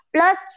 Plus